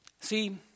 See